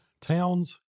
towns